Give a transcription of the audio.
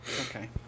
Okay